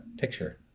picture